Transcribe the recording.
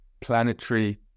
planetary